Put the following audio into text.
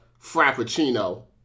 Frappuccino